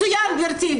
מצוין, גברתי.